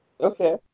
Okay